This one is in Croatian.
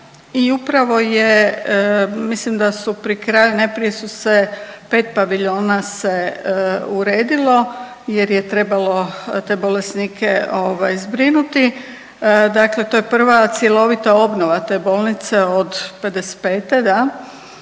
i upravo je mislim da su pri kraju, najprije su se pet paviljona se uredilo jer je trebalo te bolesnike zbrinuti, dakle to je prva cjelovita obnova te bolnice od '55.